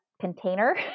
container